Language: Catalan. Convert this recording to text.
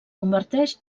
converteix